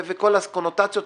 וכל הקונוטציות,